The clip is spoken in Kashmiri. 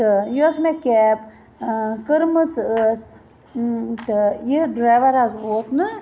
تہٕ یۄس مےٚ کیب کٔرمٕژ ٲس تہٕ یہِ ڈرٛیوَر حظ ووت نہٕ